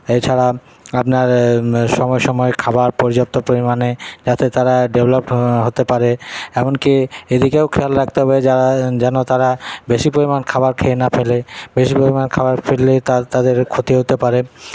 এছাড়া আপনার সময়ে সময়ে খাবার পর্যাপ্ত পরিমাণে যাতে তারা ডেভলপড হতে পারে এমনকী এদিকেও খেয়াল রাখতে হবে যারা যেন তারা বেশি পরিমাণ খাবার খেয়ে না ফেলে বেশি পরিমাণ খাওয়ার ফেললে তাদ তাদের ক্ষতি হতে পারে